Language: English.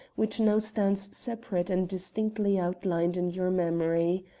which now stands separate and distinctly outlined in your memory.